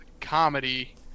comedy